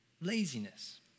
laziness